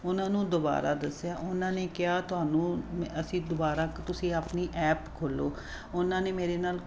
ਉਹਨਾਂ ਨੂੰ ਦੁਬਾਰਾ ਦੱਸਿਆ ਉਹਨਾਂ ਨੇ ਕਿਹਾ ਤੁਹਾਨੂੰ ਅਸੀਂ ਦੁਬਾਰਾ ਤੁਸੀਂ ਆਪਣੀ ਐਪ ਖੋਲ੍ਹੋ ਉਹਨਾਂ ਨੇ ਮੇਰੇ ਨਾਲ